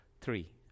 three